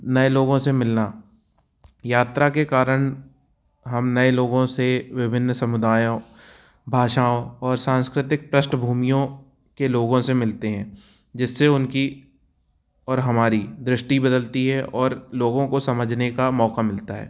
नए लोगों से मिलना यात्रा के कारण हम नए लोगों से विभिन्न समुदायों भाषाओं और सांस्कृतिक पृष्ठभूमियों के लोगों से मिलते हैं जिससे उनकी और हमारी दृष्टि बदलती है और लोगों को समझने का मौक़ा मिलता है